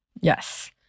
Yes